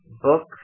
books